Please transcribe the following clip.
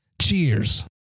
Cheers